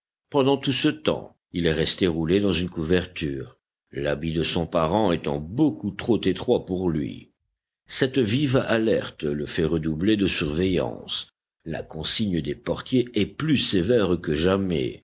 pendant tout ce temps il est resté roulé dans une couverture l'habit de son parent étant beaucoup trop étroit pour lui cette vive alerte le fait redoubler de surveillance la consigne des portiers est plus sévère que jamais